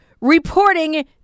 reporting